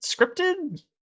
scripted